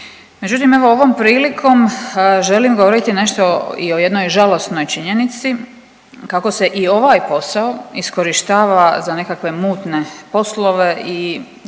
Međutim evo ovom prilikom želim govoriti nešto i o jednoj žalosnoj činjenici, kako se i ovaj posao iskorištava za nekakve mutne poslove i,